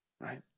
right